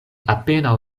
apenaŭ